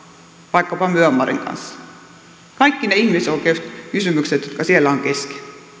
vaikkapa myanmarin kanssa kaikki ne ihmisoikeuskysymykset jotka siellä ovat kesken